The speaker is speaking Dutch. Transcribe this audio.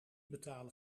betalen